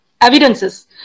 evidences